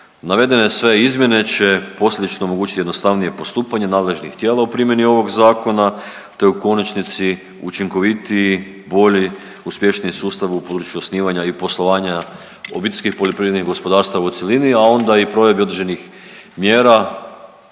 Navedene sve izmjene će posljedično omogućiti jednostavnije postupanje nadležnih tijela u primjeni ovog Zakona te u konačnici učinkovitiji, bolji, uspješniji sustav u području osnivanja i poslovanja OPG-a u cjelini, a onda i provedbi određenih mjera